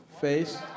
face